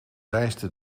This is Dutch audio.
reisde